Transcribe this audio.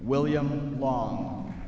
william long